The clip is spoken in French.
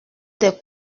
des